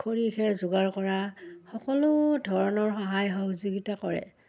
খৰি খেৰ যোগাৰ কৰা সকলো ধৰণৰ সহায় সহযোগিতা কৰে